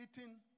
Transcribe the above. eating